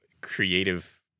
creative